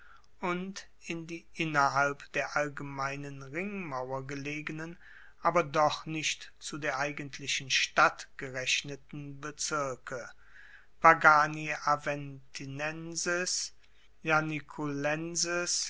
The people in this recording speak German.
und in die innerhalb der allgemeinen ringmauer gelegenen aber doch nicht zu der eigentlichen stadt gerechneten bezirke